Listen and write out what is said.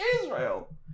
Israel